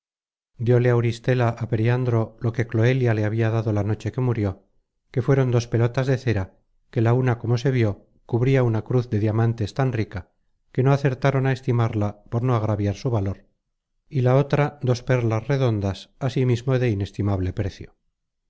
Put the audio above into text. ciertas dióle auristela á periandro lo que cloelia le habia dado la noche que murió que fueron dos pelotas de cera que la una como se vió cubria una cruz de diamantes tan rica que no acertaron a estimarla por no agraviar su valor y la otra dos perlas redondas asimismo de inestimable precio